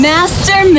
Master